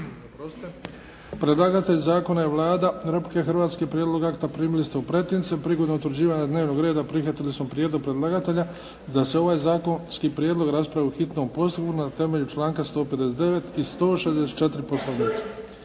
Predlagatelj zakona je Vlada Republike Hrvatske. Prijedlog akta primili ste u pretinac. Prilikom utvrđivanja dnevnog reda prihvatili smo prijedlog predlagatelja da se ovaj zakonski prijedlog raspravi u hitnom postupku na temelju članka 159. i 164. Poslovnika.